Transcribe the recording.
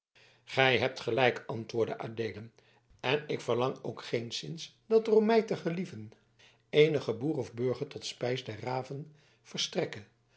gij hebt gelijk antwoordde adeelen en ik verlang ook geenszins dat er om mij te gelieven eenig boer of burger tot spijs der raven verstrekke